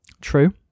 True